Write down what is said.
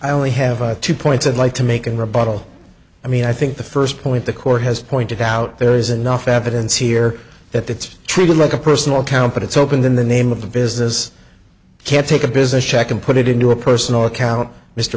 i only have two points i'd like to make and rebuttal i mean i think the first point the court has pointed out there is enough evidence here that it's treated like a personal account but it's opened in the name of the business can't take a business check and put it into a personal account mr